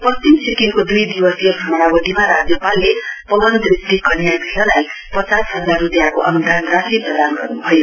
पश्चिम सिक्किमको दुई दिवसीय भ्रमणावधिमा राज्यपालले पवन दृष्टि कन्या गृहलाई पचास हजार रूपियाँको अनुदान राशि प्रदान गर्नुभयो